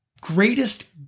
greatest